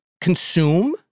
consume